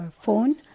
phone